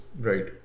Right